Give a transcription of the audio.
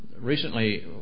Recently